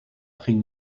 ging